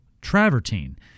travertine